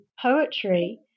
poetry